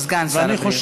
סגן שר הבריאות.